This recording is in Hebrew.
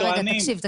תקשיב.